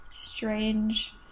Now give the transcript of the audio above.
strange